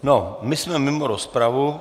No, my jsme mimo rozpravu.